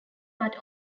but